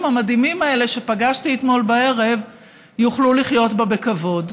המדהימים האלה שפגשתי אתמול בערב יוכלו לחיות בה בכבוד.